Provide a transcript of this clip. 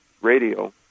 radio